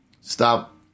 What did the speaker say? Stop